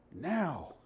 Now